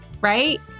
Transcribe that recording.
right